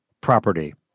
property